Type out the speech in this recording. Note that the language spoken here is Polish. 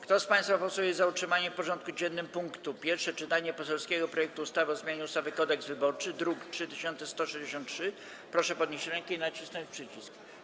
Kto z państwa posłów jest za utrzymaniem w porządku dziennym punktu: Pierwsze czytanie poselskiego projektu ustawy o zmianie ustawy Kodeks wyborczy, druk nr 3163, proszę podnieść rękę i nacisnąć przycisk.